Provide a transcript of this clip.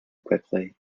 quickly